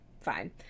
fine